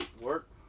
Work